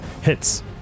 Hits